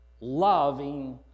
loving